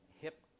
hip